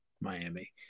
Miami